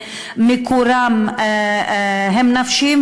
מקורם נפשי,